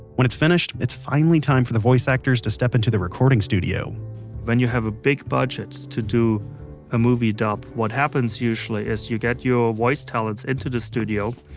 when it's finished, it's finally time for the voice actors to step into the recording studio when you have ah big budgets to do a movie dub, what happens usually is you get your voice talents into the studio,